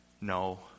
No